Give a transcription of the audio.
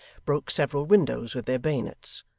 broke several windows with their bayonets,